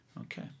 okay